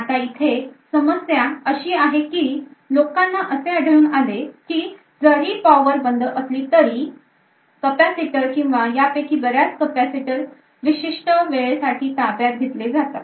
आता इथे समस्या अशी आहे की लोकांना असे आढळून आले की जरी पॉवर बंद असली तरीही capacitor किंवा यापैकी बरेच capacitor विशिष्ट वेळेसाठी ताब्यात घेतले जातात